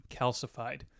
Calcified